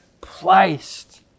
placed